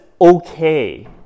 okay